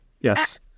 Yes